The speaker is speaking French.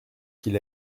qu’il